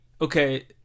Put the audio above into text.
okay